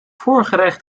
voorgerecht